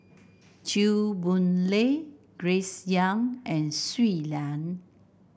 Chew Boon Lay Grace Young and Shui Lan